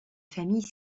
famille